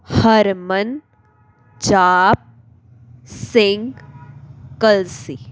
Harman Jaap Singh Kalsi